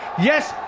Yes